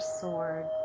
sword